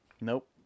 Nope